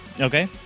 Okay